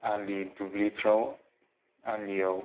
आलि दुब्लिफोराव आलियाव